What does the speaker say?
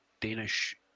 Danish